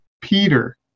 Peter